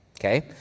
okay